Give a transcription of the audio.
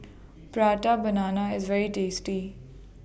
Prata Banana IS very tasty